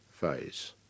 phase